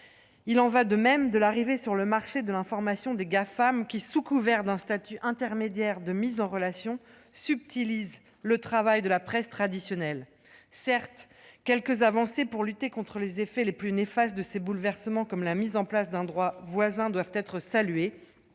Il en va de même de l'arrivée sur le marché de l'information des Gafam, qui, sous couvert d'un statut intermédiaire de mise en relation, subtilisent le travail de la presse traditionnelle. Certes, quelques avancées pour lutter contre les effets les plus néfastes de ces bouleversements, comme la mise en place d'un droit voisin, doivent être saluées.